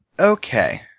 Okay